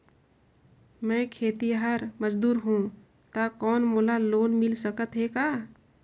मैं खेतिहर मजदूर हों ता कौन मोला लोन मिल सकत हे का?